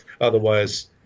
otherwise